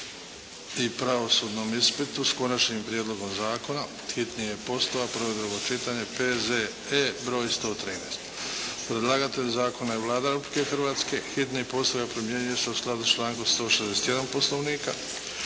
i pravosudnom ispitu, s Konačnim prijedlogom Zakona, hitni je postupak, prvo i drugo čitanje, P.Z.E. br. 113 Predlagatelj zakona je Vlada Republike Hrvatske. Hitni postupak primjenjuje se u skladu sa člankom 161. Poslovnika.